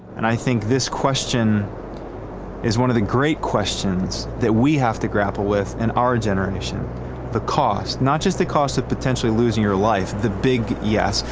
and i think this question is one of the great questions that we have to grapple with in our generation the cost. not just the cost of potentially losing your life, the big yes,